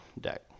deck